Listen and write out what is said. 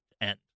end